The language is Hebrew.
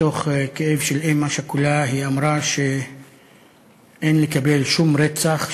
מתוך כאב של אם שכולה היא אמרה שאין לקבל שום רצח,